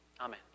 Amen